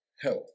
health